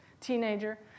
teenager